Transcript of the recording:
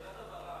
שאלת הבהרה.